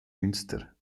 münster